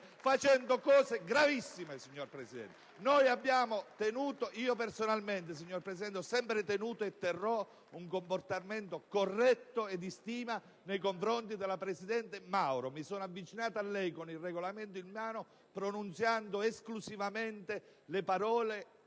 compiendo atti gravissimi. Signor Presidente, personalmente ho sempre tenuto e terrò un comportamento corretto e di stima nei confronti della presidente Mauro. Mi sono avvicinato a lei con il Regolamento in mano pronunziando esclusivamente le parole: